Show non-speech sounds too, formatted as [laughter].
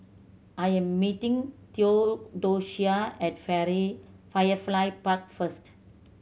I am meeting Theodocia at [unintelligible] Firefly Park first